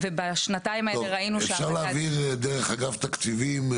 ובשנתיים האלה ראינו ש- -- אפשר להעביר דרך אגף תקציבים?